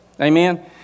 Amen